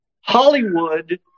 Hollywood